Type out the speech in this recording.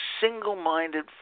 single-minded